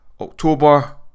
October